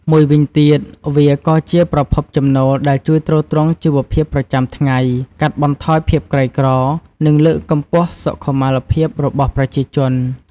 មួយវិញទៀត វាក៏ជាប្រភពចំណូលដែលជួយទ្រទ្រង់ជីវភាពប្រចាំថ្ងៃ កាត់បន្ថយភាពក្រីក្រ និងលើកកម្ពស់សុខុមាលភាពរបស់ប្រជាជន។